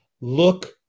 look